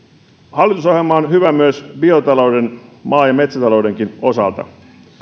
hallitusohjelma on hyvä myös biotalouden maa ja metsätaloudenkin osalta